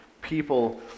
people